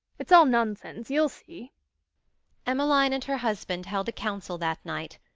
it's all nonsense, you'll see emmeline and her husband held a council that night,